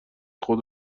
خود